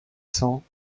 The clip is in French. cents